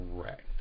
Correct